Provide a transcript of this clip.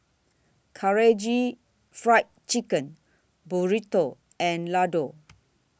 Karaage Fried Chicken Burrito and Ladoo